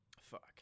Fuck